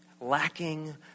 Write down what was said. lacking